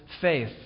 faith